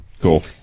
Cool